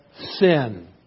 sin